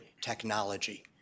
technology